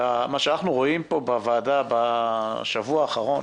מה שאנחנו רואים פה בוועדה בשבוע האחרון